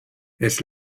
its